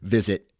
Visit